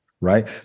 Right